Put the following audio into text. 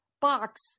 box